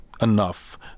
enough